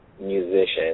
musician